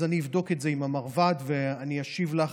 אז אני אבדוק את זה עם המרב"ד ואני אשיב לך